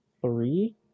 three